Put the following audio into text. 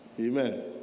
amen